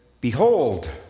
behold